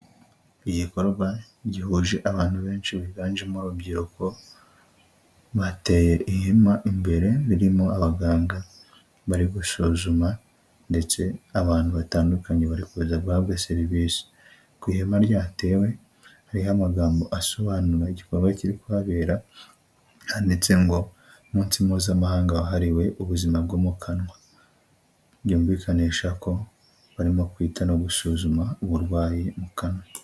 Igikorwa gihuje abantu benshi biganjemo urubyiruko ,bateye ihema imbere birimo abaganga bari gusuzuma ndetse abantu batandukanye bari kuza guhabwa serivisi. Ku ihema ryatewe hariho amagambo asobanura igikorwa cyiri kuhabera, handitse ngo umunsi mpuzamahanga wahariwe ubuzima bwo mu kanwa . Byumvikanisha ko barimo kwita no gusuzumisha uburwayi mu kanwa.